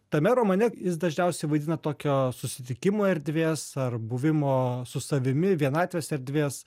tame romane jis dažniausiai vaidina tokio susitikimo erdvės ar buvimo su savimi vienatvės erdvės